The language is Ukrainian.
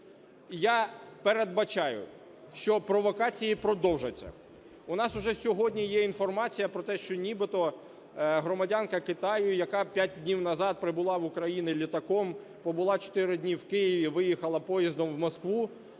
Я передбачаю, що провокації продовжаться. У нас уже сьогодні є інформація про те, що нібито громадянка Китаю, яка п'ять днів назад прибула в Україну літаком, побула чотири дні в Києві, виїхала поїздом в Москву,